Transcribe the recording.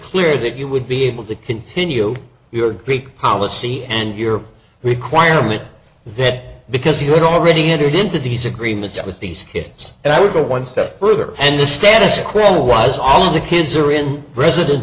clear that you would be able to continue your great policy and your requirement that because you had already entered into these agreements with these kids that would go one step further and the status quo was all of the kids are in president